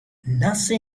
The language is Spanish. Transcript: nace